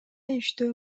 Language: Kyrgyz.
иштөө